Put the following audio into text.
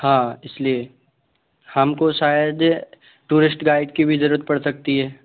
हाँ इसलिए हमको शायद टूरिस्ट गाइड की भी जरूरत पड़ सकती है